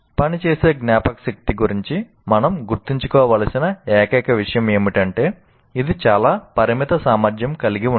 పని చేసే జ్ఞాపకశక్తి గురించి మనం గుర్తుంచుకోవలసిన ఏకైక విషయం ఏమిటంటే ఇది చాలా పరిమిత సామర్థ్యం కలిగి ఉంటుంది